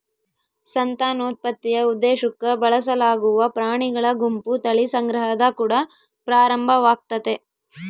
ಸಂತಾನೋತ್ಪತ್ತಿಯ ಉದ್ದೇಶುಕ್ಕ ಬಳಸಲಾಗುವ ಪ್ರಾಣಿಗಳ ಗುಂಪು ತಳಿ ಸಂಗ್ರಹದ ಕುಡ ಪ್ರಾರಂಭವಾಗ್ತತೆ